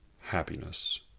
happiness